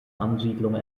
ansiedlung